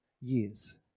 years